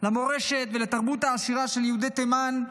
למורשת ולתרבות העשירה של יהודי תימן,